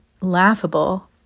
laughable